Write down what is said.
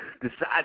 decide